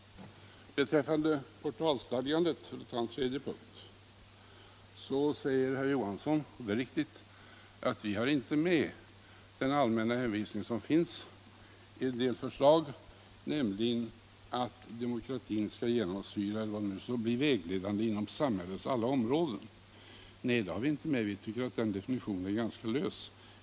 Beträffande portalstadgandet, för att ta upp en tredje punkt, säger herr Johansson — och det är riktigt — att vi inte har med den allmänna hänvisning som finns i en del förslag om att demokratin skall genomsyra eller bli vägledande inom samhällets alla områden. Nej, den har vi inte med. Vi tycker att den definitionen är ganska lös.